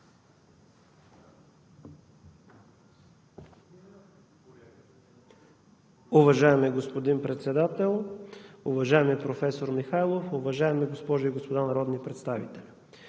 Уважаеми господин Председател, уважаеми господин Гьоков, уважаеми госпожи и господа народни представители!